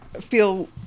feel